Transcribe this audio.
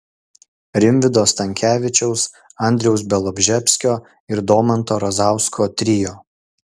rimvydo stankevičiaus andriaus bialobžeskio ir domanto razausko trio